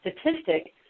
statistic